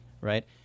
right